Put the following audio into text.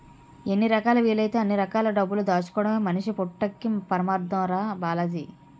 ఎన్ని రకాలా వీలైతే అన్ని రకాల డబ్బులు దాచుకోడమే మనిషి పుట్టక్కి పరమాద్దం రా బాలాజీ